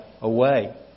away